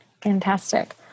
fantastic